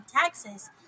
taxes